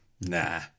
Nah